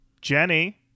Jenny